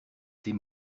ses